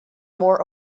more